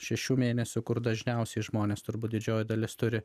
šešių mėnesių kur dažniausiai žmonės turbūt didžioji dalis turi